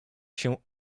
się